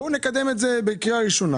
בואו נקדם את זה בקריאה הראשונה.